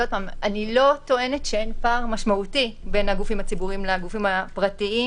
אני לא טוענת שאין פער ניכר בין הגופים הציבוריים לבין הגופים הפרטיים.